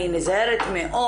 אני נזהרת מאוד,